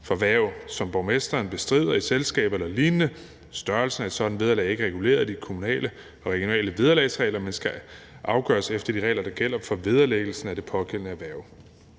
for hverv, som borgmesteren bestrider i et selskab eller lignende. Størrelsen af et sådant vederlag er ikke reguleret i de kommunale og regionale vederlagsregler, men skal afgøres efter de regler, der gælder for vederlæggelse af det pågældende hverv.